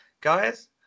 Guys